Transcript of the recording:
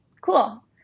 Cool